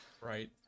Right